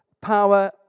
power